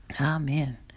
amen